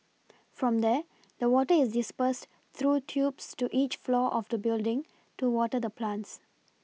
from there the water is dispersed through tubes to each floor of the building to water the plants